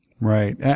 Right